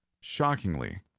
Shockingly